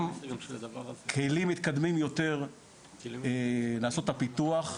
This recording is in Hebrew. גם על כלים מתקדמים יותר לעשות את הפיתוח.